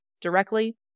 directly